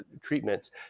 treatments